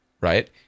right